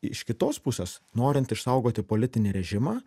iš kitos pusės norint išsaugoti politinį režimą